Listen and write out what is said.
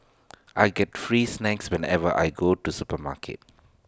I get free snacks whenever I go to the supermarket